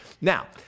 now